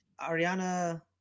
Ariana